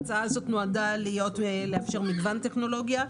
ההצעה הזאת נועדה לאפשר מגוון טכנולוגיה.